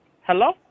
Hello